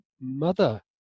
mother